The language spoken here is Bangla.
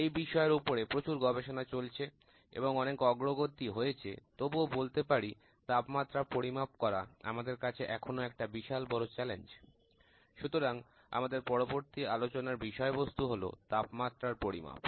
এই বিষয়ের উপরে প্রচুর গবেষণা চলছে এবং অনেক অগ্রগতি হয়েছে তবুও বলতে পারি তাপমাত্রা পরিমাপ করা আমাদের কাছে এখনো একটা বিশাল বড় চ্যালেঞ্জ সুতরাং আমাদের পরবর্তী আলোচনার বিষয়বস্তু হলো তাপমাত্রার পরিমাপ